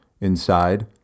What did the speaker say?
inside